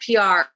PR